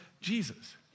Jesus